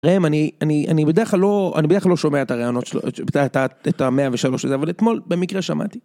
ראם, אני בדרך כלל לא שומע את הרעיונות שלו, את המאה ושלוש, אבל אתמול במקרה שמעתי.